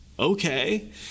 okay